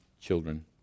children